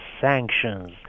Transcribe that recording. sanctions